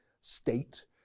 state